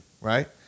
Right